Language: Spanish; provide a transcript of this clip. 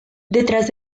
detrás